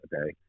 Okay